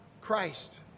Christ